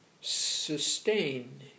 sustain